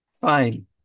fine